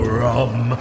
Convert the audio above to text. rum